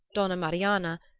donna marianna,